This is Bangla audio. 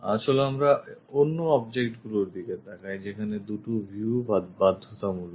চলো আমরা অন্য অবজেক্টগুলির দিকে তাকাই যেখানে দু'টো ভিউ বাধ্যতামূলক